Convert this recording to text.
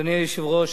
אדוני היושב-ראש,